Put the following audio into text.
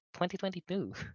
2022